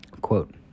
quote